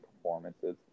performances